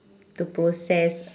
the process